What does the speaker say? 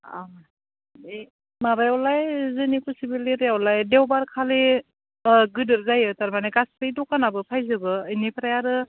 अ ओइ माबायावलाय जोंनि खुसिबिल एरियायावलाय देवबारखालि गोदोर जायो थारमाने गासै दखानाबो फायजोबो इनिफ्राय आरो